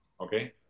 Okay